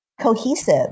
cohesive